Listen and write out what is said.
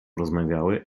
rozmawiały